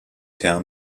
tell